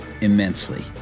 immensely